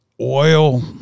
oil